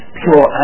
pure